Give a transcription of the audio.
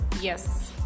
Yes